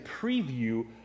preview